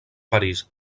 parís